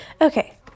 Okay